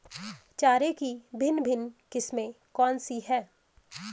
चारे की भिन्न भिन्न किस्में कौन सी हैं?